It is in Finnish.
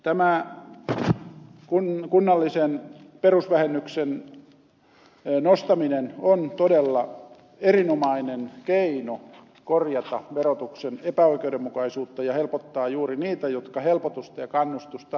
tämä kunnallisen perusvähennyksen nostaminen on todella erinomainen keino korjata verotuksen epäoikeudenmukaisuutta ja helpottaa juuri niitä jotka helpotusta ja kannustusta tarvitsevat